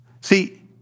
See